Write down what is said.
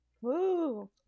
Woo